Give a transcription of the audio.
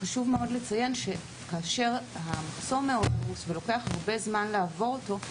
חשוב מאוד לציין שכאשר המחסום עמוס מאוד ולוקח הרבה זמן לעבור אותו,